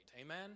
Amen